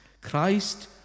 Christ